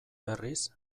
berriz